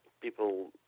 people